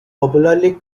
popularly